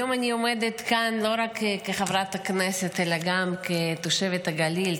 היום אני עומדת כאן לא רק כחברת כנסת אלא גם כתושבת הגליל,